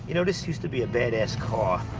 you know, this used to be a bad-ass car.